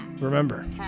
Remember